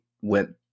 went